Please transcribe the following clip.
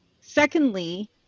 Secondly